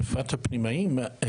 בפרט הפנימאים,